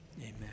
amen